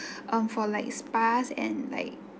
um for like spas and like